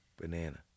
banana